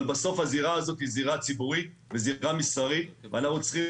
אבל בסוף הזירה הזאת היא זירה ציבורית וזירה מסחרית ואנחנו צריכים